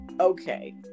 Okay